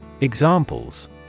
Examples